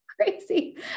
crazy